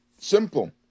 Simple